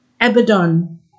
Abaddon